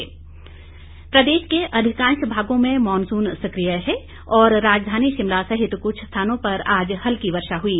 मौसम प्रदेश के अधिकांश भागों में मॉनसून सक्रिय है और राजधानी शिमला सहित कुछ स्थानों पर आज हल्की वर्षा हुई